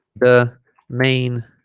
the main